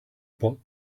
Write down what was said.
bought